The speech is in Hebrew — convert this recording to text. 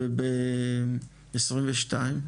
וב- 2022?